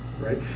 right